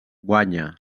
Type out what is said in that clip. guanya